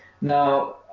Now